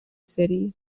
city